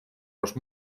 los